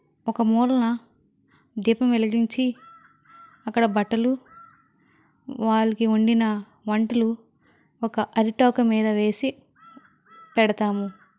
ఒక మూలన దీపం వెలిగించి అక్కడ బట్టలు వాళ్లకి వండిన వంటలు ఒక అరిటాకు మీద వేసి పెడతాము